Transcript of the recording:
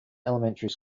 elementary